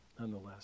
nonetheless